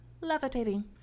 levitating